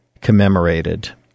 commemorated